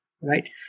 right